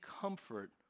comfort